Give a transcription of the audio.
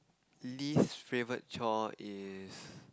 least favourite chore is